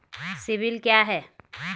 CIBIL क्या है?